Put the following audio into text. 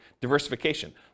diversification